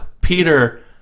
Peter